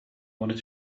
wanted